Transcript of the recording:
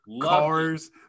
cars